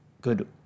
good